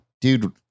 dude